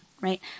Right